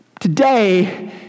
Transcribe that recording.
today